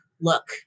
look